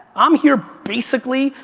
i'm here, basically,